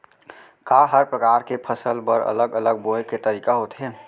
का हर प्रकार के फसल बर अलग अलग बोये के तरीका होथे?